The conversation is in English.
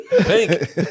Pink